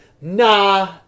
nah